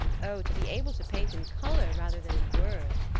oh! to be able to paint in color rather than in words!